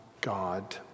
God